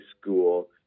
school